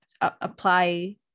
apply